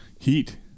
Heat